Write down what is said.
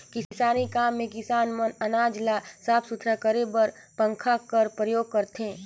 किसानी काम मे किसान मन अनाज ल साफ सुथरा करे बर पंखा कर परियोग करथे